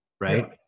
right